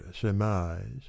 surmise